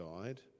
died